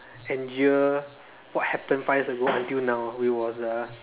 endure what happened five years ago until now it was a